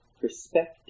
perspective